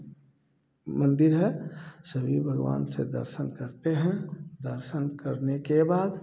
मंदिर है सभी भगवान से दर्शन करते हैं दर्शन करने के बाद